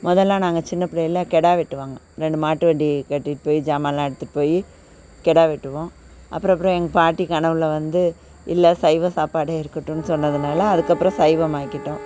முதல்ல நாங்கள் சின்ன பிள்ளையில கிடா வெட்டுவாங்க ரெண்டு மாட்டு வண்டி கட்டிட்டு போய் ஜாமன்லாம் எடுத்துட்டு போய் கிடா வெட்டுவோம் அப்புறம் அப்புறம் எங்கள் பாட்டி கனவில் வந்து இல்லை சைவ சாப்பாடே இருக்கட்டும்னு சொன்னதனால அதுக்கப்புறம் சைவம் ஆக்கிட்டோம்